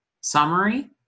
summary